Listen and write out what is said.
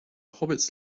hobbits